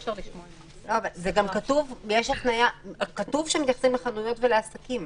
לא, גם כתוב שמתייחסים לחנויות ולעסקים.